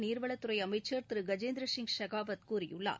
நீர்வளத்துறை அமைச்சர் திரு கஜேந்திரசிங் ஷெகாவத் கூறியுள்ளார்